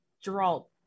Gerald